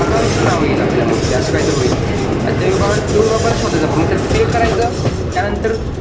अकाउंटचं नाव येईल आपल्या मग ते असं काही तर होईल त्या विभागात त्या विभाग शोधायचं आपण मग त्यात क्लिक करायचं त्यानंतर